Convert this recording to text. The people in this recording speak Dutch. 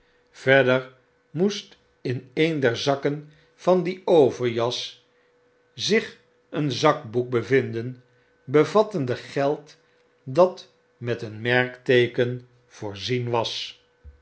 verder moest in een der zakken van die overjas zich een zakboek bevinden bevattende geld dat met een merkteeken voorzien was